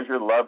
Love